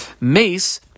mace